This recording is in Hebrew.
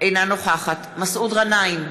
אינה נוכחת מסעוד גנאים,